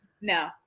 no